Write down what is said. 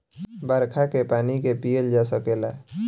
बरखा के पानी के पिअल जा सकेला